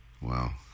Wow